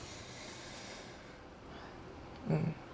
mm